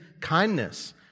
kindness